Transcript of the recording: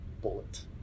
bullet